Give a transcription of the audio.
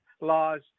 laws